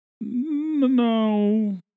No